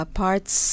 parts